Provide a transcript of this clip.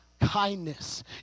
kindness